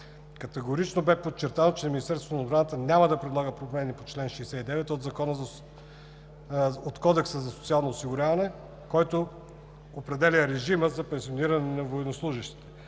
Категорично бе подчертано, че Министерството на отбраната няма да предлага промени на чл. 69 от Кодекса за социално осигуряване, който определя режима за пенсиониране на военнослужещите.